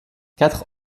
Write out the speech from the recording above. quatre